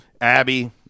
Abby